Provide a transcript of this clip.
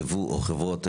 ייבוא או חברות,